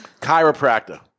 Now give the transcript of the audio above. Chiropractor